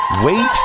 wait